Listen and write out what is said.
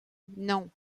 non